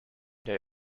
they